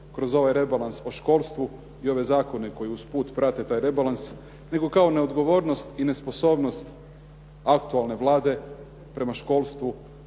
kroz ovaj rebalans o školstvu i ove zakone koji usput prate taj rebalans, nego kao neodgovornost i nesposobnost aktualne Vlade prema školstvu,